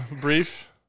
brief